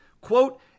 quote